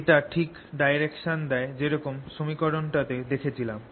এটা ঠিক ডাইরেকশন দেয় যেরকম সমীকরণটাতে দেখেছিলাম